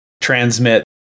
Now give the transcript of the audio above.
transmit